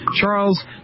Charles